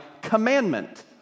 commandment